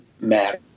matter